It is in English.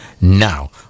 now